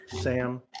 Sam